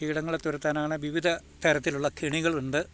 കീടങ്ങളെ തുരത്താനാണ് വിവിധ തരത്തിലുള്ള കെണികളുണ്ട്